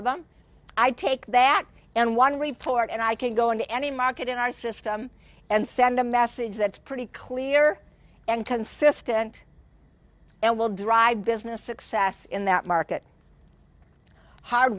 of them i take that and one report and i can go into any market in our system and send a message that's pretty clear and consistent and will drive business success in that market hard